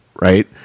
right